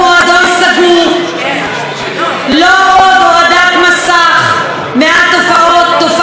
לא עוד הורדת מסך מעל תופעת הג'מעות,